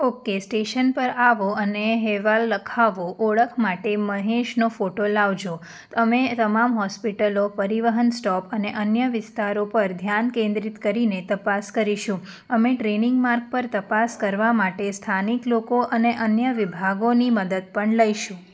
okay station પર આવો અને અહેવાલ લખાવો ઓળખ માટે મહેશનો ફોટો લાવજો તમે તમામ હોસ્પિટલો પરિવહન સ્ટોપ અને અન્ય વિસ્તારો પર ધ્યાન કેન્દ્રિત કરીને તપાસ કરીશું અમે ટ્રેનિંગ માર્ગ પર તપાસ કરવા માટે સ્થાનિક લોકો અને અન્ય વિભાગોની મદદ પણ લઈશું